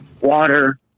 water